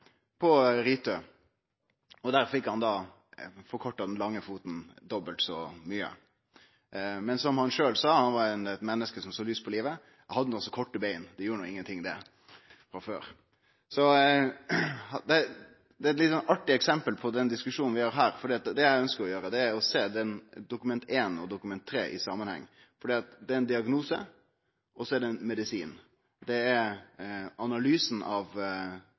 på RiTø. Der fekk han forkorta den lange foten dobbelt så mykje. Men som han sjølv sa, han var eit menneske som såg lyst på livet: Eg hadde nå så korte bein frå før, det gjer no ingenting det. Det er eit litt artig eksempel på den diskusjonen vi har her, for det eg ønskjer å gjere, er å sjå Dokument 1 og Dokument 3 i samanheng. Det er ein diagnose, og så er det ein medisin. Det er analysen av